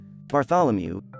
Bartholomew